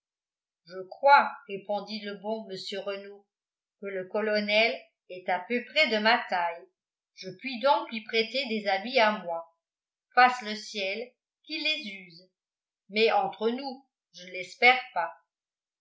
je crois répondit le bon mr renault que le colonel est à peu près de ma taille je puis donc lui prêter des habits à moi fasse le ciel qu'il les use mais entre nous je ne l'espère pas